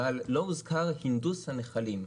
אבל לא הוזכר הנדוס הנחלים.